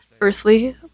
earthly